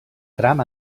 tram